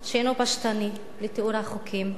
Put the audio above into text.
שאינו פשטני לתיאור החוקים.